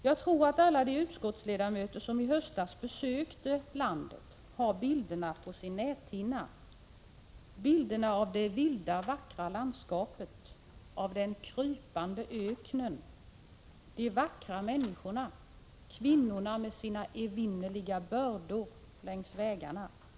Jag tror att alla de utskottsledamöter som i höstas besökte Etiopien har på sin näthinna bilderna av det vilda och vackra landskapet, den krypande öknen, de vackra människorna, kvinnorna längs vägarna med sina evinnerliga bördor, de skrattande barnen.